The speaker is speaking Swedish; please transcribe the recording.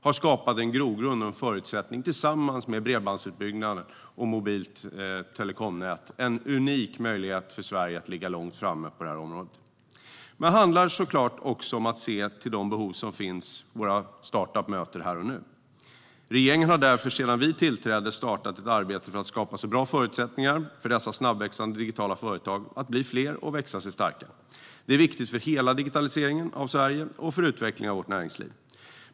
Tillsammans med bredbandsutbyggnad och mobilt telekomnät har detta skapat en grogrund och en förutsättning - en unik möjlighet för Sverige att ligga långt framme på det här området. Men det gäller såklart också att se till de behov som finns och som våra startups möter här och nu. Regeringen har därför sedan vi tillträdde startat ett arbete för att skapa bra förutsättningar för dessa snabbväxande digitala företag att bli fler och växa sig starka. Det är viktigt för hela digitaliseringen av Sverige och för utvecklingen av vårt näringsliv.